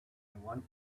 want